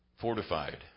fortified